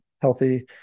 healthy